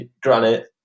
Granite